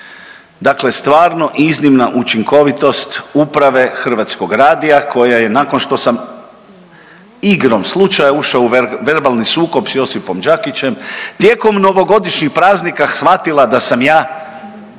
Dakle, stvarno iznimna učinkovitost uprave Hrvatskog radija koja je nakon što sam igrom slučaja ušao u verbalni sukob s Josipom Đakićem tijekom novogodišnjih praznika shvatila da sam ja